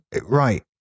right